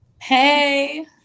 Hey